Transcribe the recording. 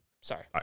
Sorry